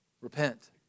repent